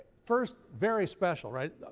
first, very special, right?